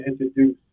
introduce